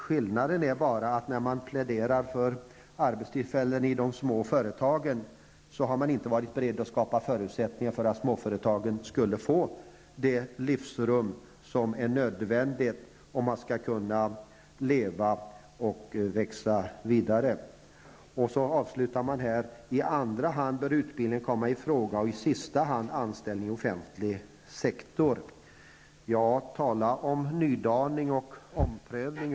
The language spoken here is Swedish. Skillnaden är bara att när man pläderar för arbetstillfällen i de små företagen har man inte varit beredd att skapa förutsättningar för att småföretagen skall få det livsrum som är nödvändigt för att de skall kunna leva och växa vidare. Man avslutar med att utbildning bör komma i fråga i andra hand och anställning i offentlig sektor i sista hand. Ja, tala om nydaning och omprövning.